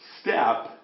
step